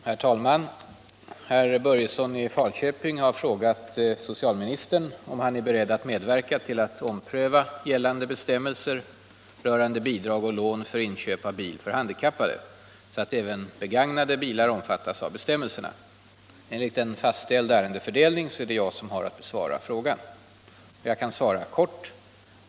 Herr talman! Herr Börjesson i Falköping har frågat socialministern om han är beredd att medverka till att ompröva gällande bestämmelser rö rande bidrag och lån för inköp av bil för handikappade, så att även begagnade bilar omfattas av bestämmelserna. Enligt fastställd ärendefördelning är det jag som har att besvara frågan. Jag kan svara kort.